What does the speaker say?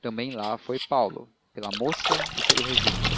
também lá foi paulo pela moça e pelo regímen